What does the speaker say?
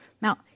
Now